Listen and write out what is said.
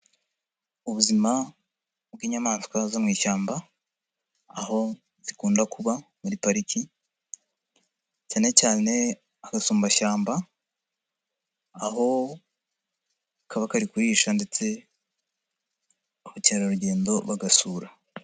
Ubuzima bw'inyamaswa zo mu ishyamba aho zikunda kuba muri pariki cyane cyane agasumbashyamba aho kaba kari kurisha ndetse abakerarugendo bagasura.